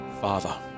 Father